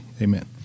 Amen